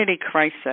crisis